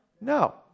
no